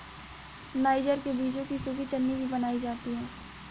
niger के बीजों की सूखी चटनी भी बनाई जाती है